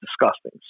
disgusting